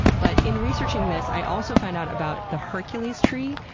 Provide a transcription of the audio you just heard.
but in researching this, i also found out about the hercules tree,